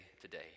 today